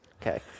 okay